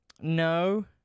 No